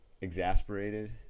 exasperated